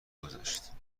گذشت